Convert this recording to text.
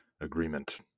agreement